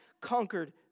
conquered